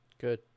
Good